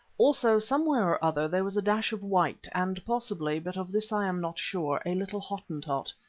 also, somewhere or other, there was a dash of white and possibly, but of this i am not sure, a little hottentot.